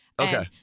Okay